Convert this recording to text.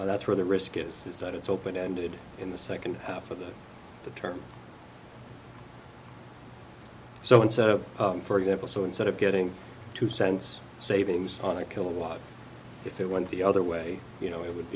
that's where the risk is is that it's open ended in the second half of the term so and so for example so instead of getting two cents savings on a kilowatt if it went the other way you know it would